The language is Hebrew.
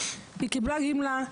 והיא קיבלה גמלה,